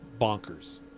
bonkers